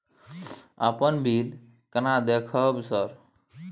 अपन बिल केना देखबय सर?